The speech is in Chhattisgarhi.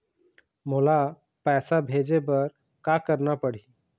मोला पैसा भेजे बर का करना पड़ही?